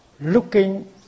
looking